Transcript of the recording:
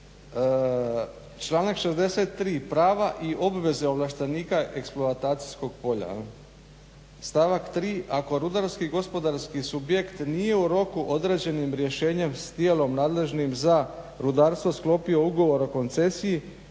članak 63. prava i obveze ovlaštenika eksploatacijskog polja stavak 3. ako rudarski gospodarski subjekt nije u roku određenim rješenjem s tijelom nadležnim za rudarstvo sklopio ugovor o koncesiji